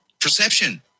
perception